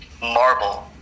marble